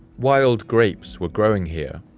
wild grapes were growing here,